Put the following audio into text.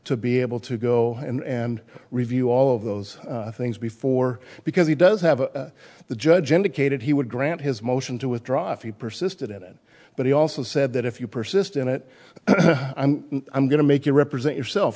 to be able to go and review all of those things before because he does have the judge indicated he would grant his motion to withdraw fee persisted in it but he also said that if you persist in it i'm going to make you represent yourself